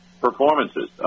performances